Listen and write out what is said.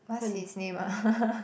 what's his name ah